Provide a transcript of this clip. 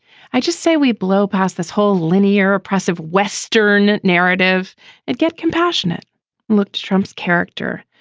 i just say we blow past this whole linear oppressive western narrative and get compassionate look to trump's character.